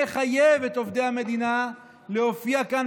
מחייב את עובדי המדינה להופיע כאן,